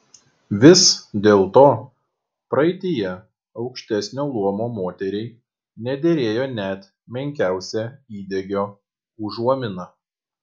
vis dėlto praeityje aukštesnio luomo moteriai nederėjo net menkiausia įdegio užuomina